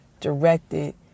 directed